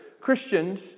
Christians